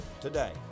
today